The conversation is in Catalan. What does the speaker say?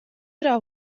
era